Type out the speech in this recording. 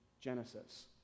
Genesis